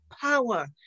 power